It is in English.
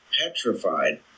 petrified